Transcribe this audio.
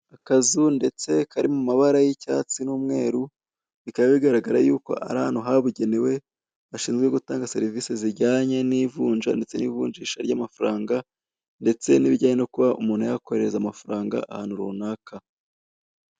Akazu ndetse kari mu mabara y'icyatsi n'umweru, bikaba bigaragara yuko ari ahantu habugenewe hashinzwe gutanga serivise zijyanye n'ivunja ndetse n'ivunjisha ry'amafaranga ndetse n'ibijyanye no kuba umuntu yakohereza amafaranga ahantu runaka.